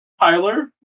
Tyler